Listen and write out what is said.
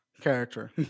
character